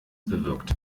bewirkt